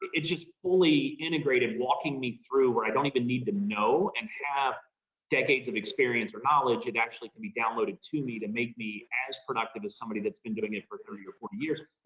it's just fully integrated walking me through where i don't even need to know and have decades of experience or knowledge, it actually can be downloaded to me to make me as productive as somebody that's been doing it for thirty or forty years.